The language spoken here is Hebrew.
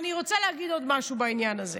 אבל אני רוצה להגיד עוד משהו בעניין הזה.